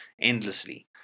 endlessly